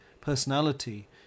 personality